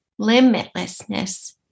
limitlessness